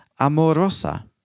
amorosa